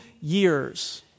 years